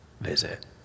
visit